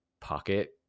pocket